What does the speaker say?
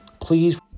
please